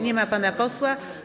Nie ma pana posła.